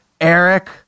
Eric